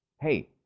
Hey